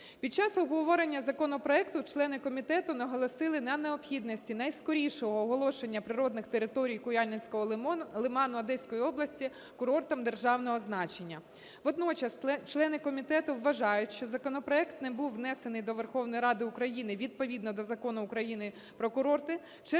Під час обговорення законопроекту члени комітету наголосили на необхідності найскорішого оголошення природних територій Куяльницького лиману Одеської області курортом державного значення. Водночас члени комітету вважають, що законопроект не був внесений до Верховної Ради України відповідно до Закону України "Про курорти" через